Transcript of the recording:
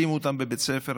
שימו אותם בבית ספר,